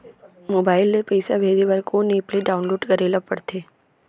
Mobile से पइसा भेजे बर कोन एप ल डाऊनलोड करे ला पड़थे?